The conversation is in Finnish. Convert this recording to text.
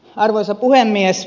arvoisa puhemies